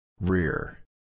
Rear